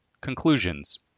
Conclusions